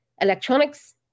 electronics